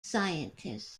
scientist